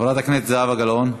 חברת הכנסת זהבה גלאון,